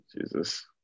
Jesus